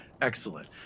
Excellent